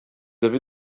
avez